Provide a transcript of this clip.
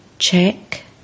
Check